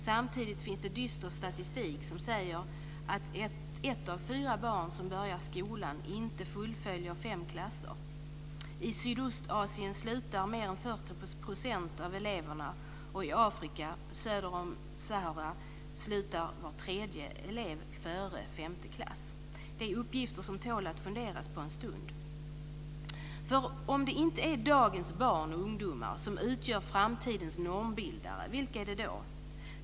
Samtidigt finns det dyster statistik som säger att ett av fyra barn som börjar skolan inte fullföljer fem klasser. I Sydostasien slutar mer än 40 % av eleverna, och i Afrika, söder om Sahara, slutar var tredje elev före femte klass. Det är uppgifter som tål att funderas på en stund. Om det inte är dagens barn och ungdomar som utgör framtidens normbildare, vilka är det då?